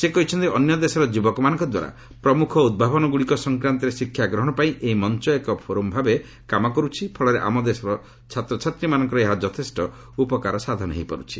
ସେ କହିଛନ୍ତି ଅନ୍ୟଦେଶର ଯୁବକମାନଙ୍କ ଦ୍ୱାରା ପ୍ରମୁଖ ଉଭାବନଗୁଡ଼ିକ ସଂକ୍ରାନ୍ତରେ ଶିକ୍ଷାଗ୍ରହଣ ପାଇଁ ଏହି ମଞ୍ଚ ଏକ ଫୋରମ୍ ଭାବେ କାମ କରୁଛି ଫଳରେ ଆମ ଦେଶର ଛାତ୍ରମାନଙ୍କର ଏହା ଯଥେଷ୍ଟ ଉପକାର ସାଧନ ହୋଇପାରୁଛି